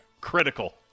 Critical